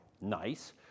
nice